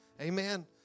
Amen